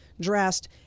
dressed